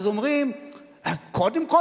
אז אומרים: קודם כול,